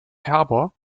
harbor